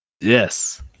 Yes